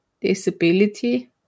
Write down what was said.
disability